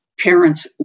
parents